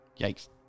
Yikes